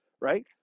right